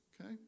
okay